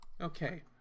Okay